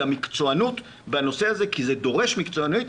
המקצוענות בנושא הזה כי זה דורש מקצוענות.